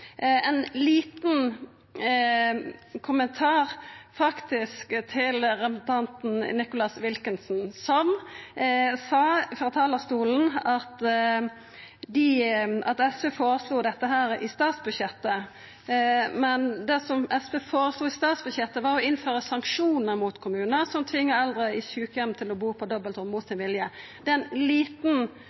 Ein liten kommentar til representanten Nicholas Wilkinson, som sa frå talarstolen at SV føreslo dette i statsbudsjettet: Det som SV føreslo i statsbudsjettet, var å innføra sanksjonar mot kommunar som tvingar eldre i sjukeheim til å bu på dobbeltrom mot sin vilje. Det er ein